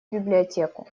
библиотеку